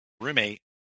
roommate